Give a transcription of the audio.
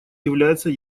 является